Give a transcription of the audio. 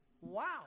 wow